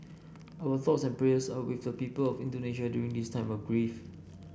our thoughts and prayers are with the people of Indonesia during this time of grief